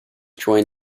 joined